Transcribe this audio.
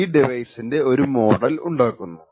ആദ്യമായി അറ്റാക്കർ ഈ ഡിവൈസിന്റെ ഒരു മോഡൽ ഉണ്ടാക്കുന്നു